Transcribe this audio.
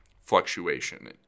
fluctuation